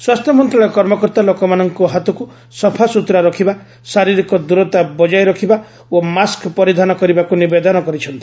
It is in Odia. ସ୍ୱାସ୍ଥ୍ୟ ମନ୍ତ୍ରଣାଳୟ କର୍ମକର୍ତ୍ତା ଲୋକମାନଙ୍କୁ ହାତକୁ ସଫାସୁତୁରା ରଖିବା ଶାରୀରିକ ଦୂରତା ବଜାୟ ରଖିବା ଓ ମାସ୍କ୍ ପରିଧାନ କରିବାକୁ ନିବେଦନ କରିଛନ୍ତି